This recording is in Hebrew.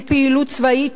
לפעילות צבאית,